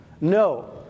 No